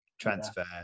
transfer